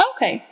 Okay